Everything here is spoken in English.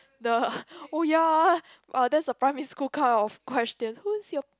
the oh ya ah uh that's a primary school kind of question who's your